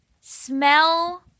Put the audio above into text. smell